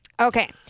Okay